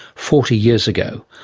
forty years ago.